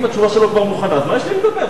אם התשובה שלו כבר מוכנה, אז מה יש לי לדבר?